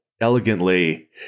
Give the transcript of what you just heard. elegantly-